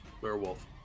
werewolf